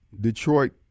Detroit